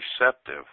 receptive